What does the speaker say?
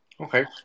Okay